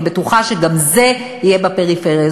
אני בטוחה שגם זה יהיה בפריפריה.